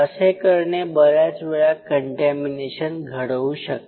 असे करणे बऱ्याच वेळा कंटॅमीनेशन घडवू शकते